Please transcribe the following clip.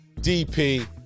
DP